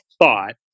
thought